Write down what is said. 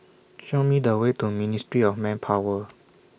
Show Me The Way to Ministry of Manpower